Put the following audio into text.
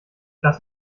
das